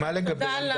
תודה.